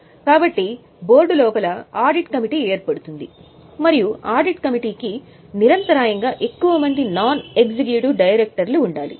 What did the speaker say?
కాబట్టి బోర్డు లోపల audit committee ఏర్పడుతుంది మరియు ఆడిట్ కమిటీకి నిరంతరాయంగా ఎక్కువ మంది నాన్ ఎగ్జిక్యూటివ్ డైరెక్టర్లు ఉండాలి